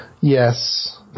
Yes